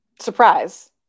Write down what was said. Surprise